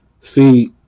See